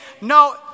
no